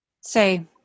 Say